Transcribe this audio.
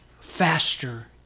faster